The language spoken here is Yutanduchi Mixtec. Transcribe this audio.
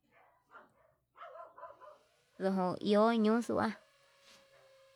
Ndojo iho ñuxua.